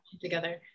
together